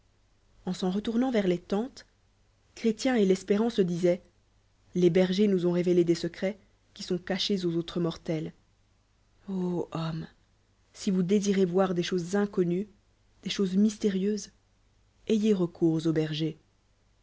en s'en re tournant vcrs les lentes chrétien et l'espérant se disoient les bergers nous ont révélé dei secrllts qui sont cachés aux autres morte s ô hommes si vous désil ez voit des choses incon nues des choses mystérieuses aye recours aux bergers